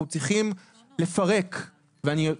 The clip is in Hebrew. אנחנו צריכים לפרק את זה.